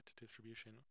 distribution